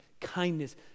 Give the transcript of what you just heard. kindness